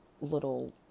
little